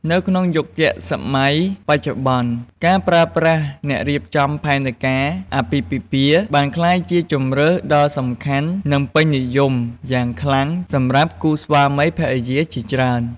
នៅក្នុងយុគសម័យបច្ចុប្បន្ន ការប្រើប្រាស់អ្នករៀបចំផែនការអាពាហ៍ពិពាហ៍ បានក្លាយជាជម្រើសដ៏សំខាន់ និងពេញនិយមយ៉ាងខ្លាំងសម្រាប់គូស្វាមីភរិយាជាច្រើន។